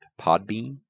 Podbean